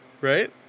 right